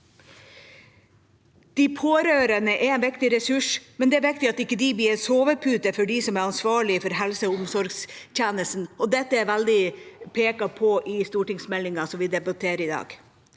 De pårørende er en viktig ressurs, men det er viktig at de ikke blir en sovepute for dem som er ansvarlig for helse- og omsorgstjenestene, og dette er pekt på i stortingsmeldinga som vi debatterer i dag.